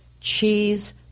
cheese